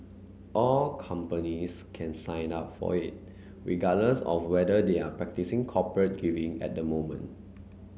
all companies can sign up for it regardless of whether they are practising corporate giving at the moment